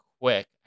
quick